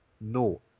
no